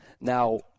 Now